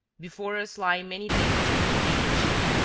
before us lie many days of companionship.